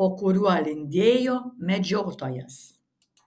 po kuriuo lindėjo medžiotojas